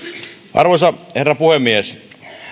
arvoisa herra puhemies